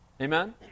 Amen